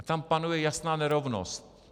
Tam panuje jasná nerovnost.